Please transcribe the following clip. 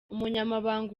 umunyamabanga